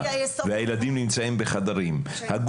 והילדים נמצאים בחדרים מי מפקח על כך